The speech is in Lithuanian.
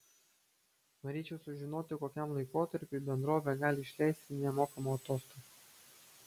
norėčiau sužinoti kokiam laikotarpiui bendrovė gali išleisti nemokamų atostogų